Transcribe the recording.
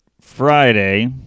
Friday